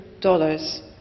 dollars